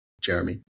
Jeremy